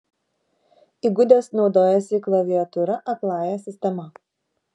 įgudęs naudojasi klaviatūra akląja sistema